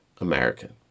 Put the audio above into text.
American